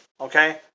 Okay